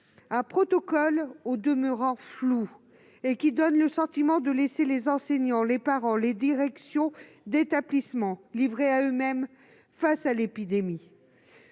ce protocole est flou et donne le sentiment de laisser les enseignants, les parents, les directions d'établissement livrés à eux-mêmes face à l'épidémie.